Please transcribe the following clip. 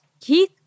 Keith